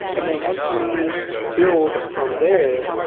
and then once we build from there